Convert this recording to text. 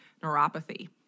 neuropathy